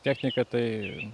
technika tai